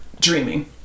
dreaming